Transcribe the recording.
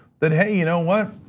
that, hey, you know what?